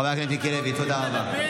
חבר הכנסת מיקי לוי, תודה רבה.